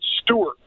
Stewart